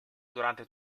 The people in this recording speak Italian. durante